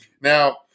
Now